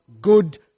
good